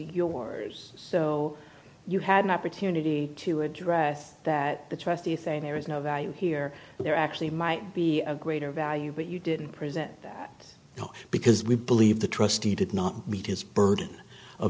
yours so you had an opportunity to address that the trustee thing there is no value here and there actually might be a greater value but you didn't present that you know because we believe the trustee did not meet his burden of